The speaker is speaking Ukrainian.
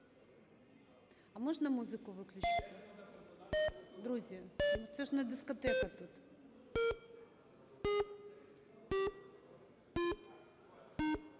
А можна музику виключити? Друзі, ну, це ж не дискотека тут.